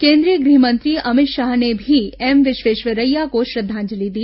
केन्द्रीय गृहमंत्री अमितशाह ने भी एम विश्वेश्वरैया को श्रद्वांजलि दी